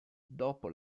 dopo